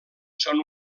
són